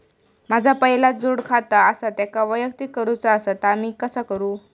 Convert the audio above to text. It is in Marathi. माझा पहिला जोडखाता आसा त्याका वैयक्तिक करूचा असा ता मी कसा करू?